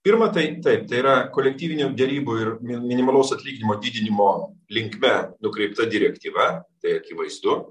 pirma tai taip tai yra kolektyvinių derybų ir dėl minimalaus atlyginimo didinimo linkme nukreipta direktyva tai akivaizdu